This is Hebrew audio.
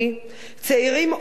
צעירים עובדים,